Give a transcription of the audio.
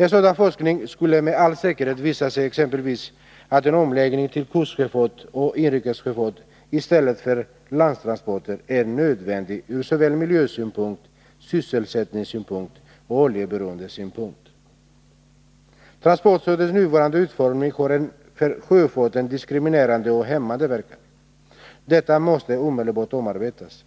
En sådan forskning skulle med all säkerhet visa att exempelvis en omläggning till kustsjöfart och inrikes sjöfart i stället för landtransporter är nödvändig från såväl miljösynpunkt och sysselsättningssynpunkt som oljeberoendesynpunkt. Transportstödets nuvarande utformning har en för sjöfarten diskriminerande och hämmande verkan. Det måste omedelbart omarbetas,